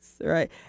right